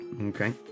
Okay